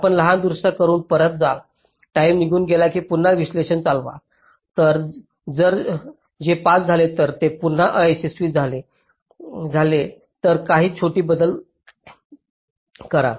आपण लहान दुरुस्त्या करुन परत जाल टाईम निघून गेल्यास पुन्हा विश्लेषण चालवा जर ते पास झाले तर जर ते पुन्हा अयशस्वी झाले तर काही छोटे बदल करा